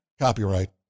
Copyright